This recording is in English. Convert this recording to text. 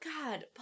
God